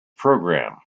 program